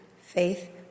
faith